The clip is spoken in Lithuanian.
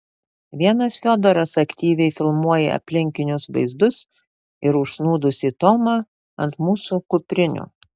vienas fiodoras aktyviai filmuoja aplinkinius vaizdus ir užsnūdusį tomą ant mūsų kuprinių